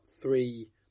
three